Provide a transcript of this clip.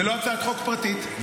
זו הצעת חוק מטעם ועדת החוקה.